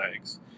eggs